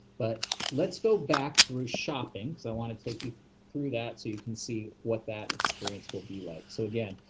but let's go back through shopping, so i want to take you through that so you can see what that experience will be like. so again,